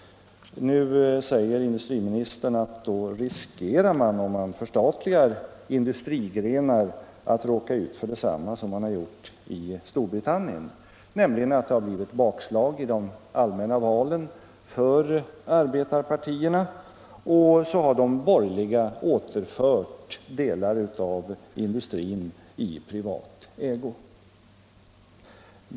Nu säger industriministern att man, om man förstatligar industrigrenar, riskerar att råka ut för detsamma som har inträffat i Storbritannien, nämligen att de borgerliga vid bakslag för arbetarpartierna i de allmänna valen återfört delar av industrin i privat ägo.